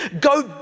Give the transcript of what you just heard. Go